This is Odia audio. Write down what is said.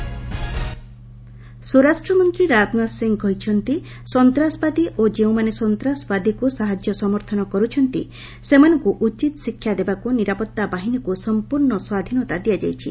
ଗଭ୍ ଅଲ୍ ପାର୍ଟି ମିଟିଂ ସ୍ୱରାଷ୍ଟ୍ର ମନ୍ତ୍ରୀ ରାଜନାଥ ସିଂହ କହିଛନ୍ତି ସନ୍ତାସବାଦୀ ଓ ଯେଉଁମାନେ ସନ୍ତାସବାଦୀକୁ ସାହାଯ୍ୟ ସମର୍ଥନ କରୁଛନ୍ତି ସେମାନଙ୍କୁ ଉଚିତ୍ ଶିକ୍ଷା ଦେବାକୁ ନିରାପତ୍ତା ବାହିନୀକୁ ସମ୍ପୂର୍ଣ୍ଣ ସ୍ୱାଧୀନତା ଦିଆଯାଇଛି